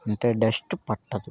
అంటే డస్ట్ పట్టదు